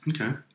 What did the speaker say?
Okay